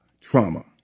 trauma